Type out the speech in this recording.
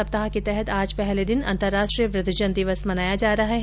सप्ताह के तहत आज पहले दिन अंतर्राष्ट्रीय वृद्धजन दिवस मनाया जा रहा है